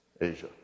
Asia